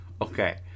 Okay